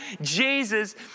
Jesus